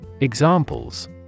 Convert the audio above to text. Examples